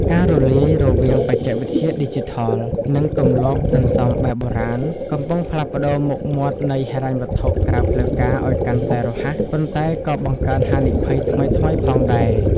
ការរលាយរវាង "បច្ចេកវិទ្យាឌីជីថល" និង "ទម្លាប់សន្សំបែបបុរាណ" កំពុងផ្លាស់ប្តូរមុខមាត់នៃហិរញ្ញវត្ថុក្រៅផ្លូវការឱ្យកាន់តែរហ័ស ប៉ុន្តែក៏បង្កើនហានិភ័យថ្មីៗផងដែរ។